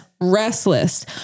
restless